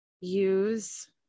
use